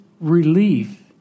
relief